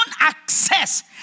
access